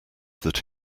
that